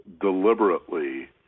deliberately